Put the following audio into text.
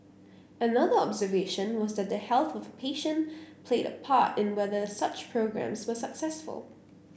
another observation was that the health of a patient played a part in whether such programmes were successful